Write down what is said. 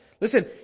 listen